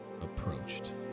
approached